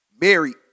married